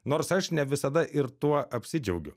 nors aš ne visada ir tuo apsidžiaugiu